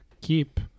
keep